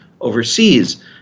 overseas